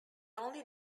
only